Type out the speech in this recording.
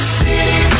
city